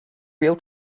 real